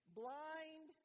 blind